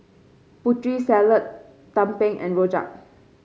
Putri Salad tumpeng and rojak